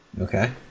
Okay